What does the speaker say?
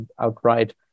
outright